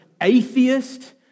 atheist